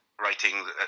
writing